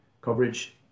coverage